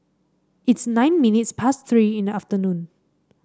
its nine minutes past Three in the afternoon